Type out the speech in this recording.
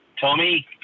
Tommy